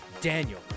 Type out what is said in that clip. Daniel